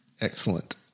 Excellent